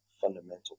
fundamental